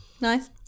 Nice